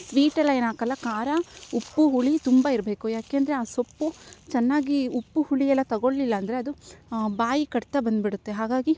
ಸ್ವೀಟೆಲ್ಲ ಏನು ಹಾಕಲ್ಲ ಖಾರ ಉಪ್ಪು ಹುಳಿ ತುಂಬ ಇರಬೇಕು ಯಾಕೆ ಅಂದರೆ ಆ ಸೊಪ್ಪು ಚೆನ್ನಾಗಿ ಉಪ್ಪು ಹುಳಿಯೆಲ್ಲ ತಗೊಳ್ಳಿಲ್ಲ ಅಂದರೆ ಅದು ಬಾಯಿ ಕಡ್ತ ಬಂದುಬಿಡುತ್ತೆ ಹಾಗಾಗಿ